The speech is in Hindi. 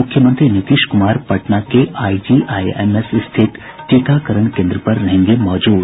मुख्यमंत्री नीतीश कुमार पटना के आईजीआईएमएस स्थित टीकाकरण केन्द्र पर रहेंगे मौजूद